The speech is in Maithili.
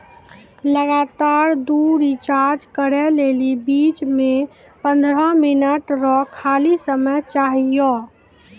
लगातार दु रिचार्ज करै लेली बीच मे पंद्रह मिनट रो खाली समय चाहियो